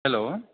hello